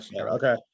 Okay